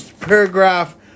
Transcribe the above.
paragraph